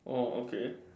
orh okay